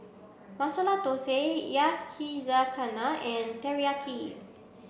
Masala Dosa Yakizakana and Teriyaki